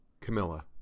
Camilla